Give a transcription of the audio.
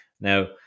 Now